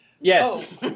Yes